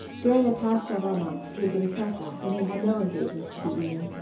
during the past several months he had been careful, when he had no engagement for the evening,